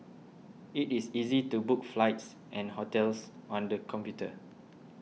it is easy to book flights and hotels on the computer